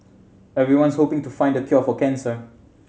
everyone's hoping to find the cure for cancer